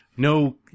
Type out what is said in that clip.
No